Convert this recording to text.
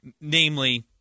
Namely